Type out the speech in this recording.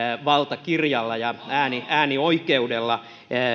valtakirjalla ja äänioikeudella